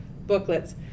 booklets